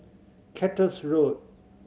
Cactus Road